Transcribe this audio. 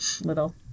little